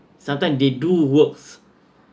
sometimes they do works